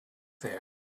there